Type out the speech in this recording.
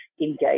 engage